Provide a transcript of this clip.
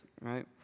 right